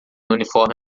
uniforme